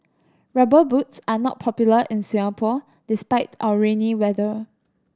Rubber Boots are not popular in Singapore despite our rainy weather